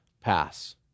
pass